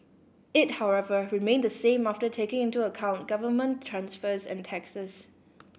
it however remained the same after taking into account government transfers and taxes